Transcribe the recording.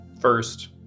first